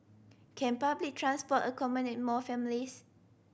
can public transport accommodate more families